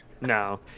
No